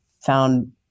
found